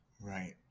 Right